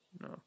no